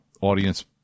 audience